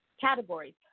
categories